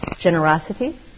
generosity